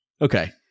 Okay